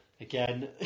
Again